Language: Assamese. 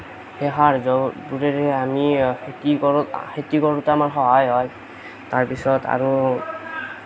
সেই সাহাৰ্য্যবোৰেৰে আমি খেতি কৰোঁ খেতি কৰোঁতে আমাৰ সহায় হয় তাৰপিছত আৰু